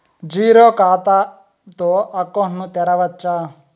Zero ఖాతా తో account ను తెరవచ్చా?